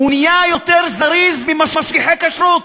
הוא נהיה יותר זריז ממשגיחי כשרות,